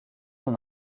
son